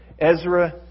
Ezra